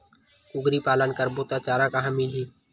कुकरी पालन करबो त चारा कहां मिलही?